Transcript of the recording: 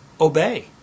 obey